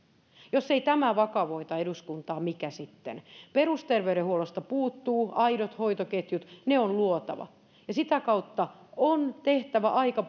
jos ei tämä vakavoita eduskuntaa mikä sitten perusterveydenhuollosta puuttuvat aidot hoitoketjut ne on luotava ja sitä kautta on tehtävä aika